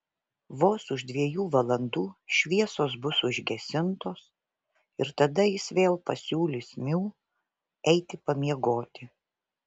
vos už dviejų valandų šviesos bus užgesintos ir tada jis vėl pasiūlys miu eiti pamiegoti